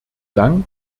dank